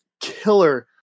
killer